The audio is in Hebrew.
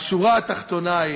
השורה התחתונה היא